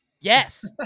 Yes